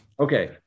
Okay